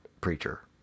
Preacher